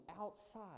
outside